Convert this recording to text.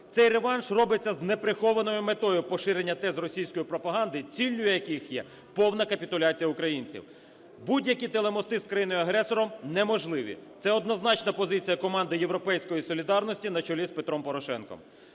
Цей реванш робиться з неприхованою метою поширення тез російської пропаганди, ціллю яких є повна капітуляція українців. Будь-які телемости з країною-агресором неможливі – це однозначна позиція команди "Європейської Солідарності" на чолі з Петром Порошенком.